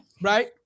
Right